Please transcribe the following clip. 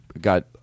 got